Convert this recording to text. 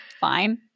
Fine